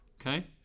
Okay